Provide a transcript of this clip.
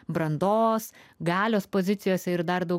brandos galios pozicijose ir dar daug